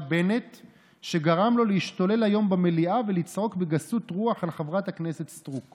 לסדר-היום של חברי חבר הכנסת איימן